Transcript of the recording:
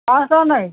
ପାଞ୍ଚଶହ ଟଙ୍କା ଲାଖେ